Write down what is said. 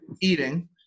eating